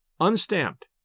unstamped